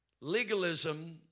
Legalism